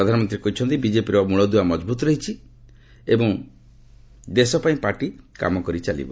ପ୍ରଧାନମନ୍ତ୍ରୀ କହିଛନ୍ତି ବିଜେପିର ମୂଳଦୁଆ ମଜବୁତ୍ ରହିଛି ଏବଂ ଦୋପାଇଁ ପାର୍ଟି କାମ କରିଚାଲିବ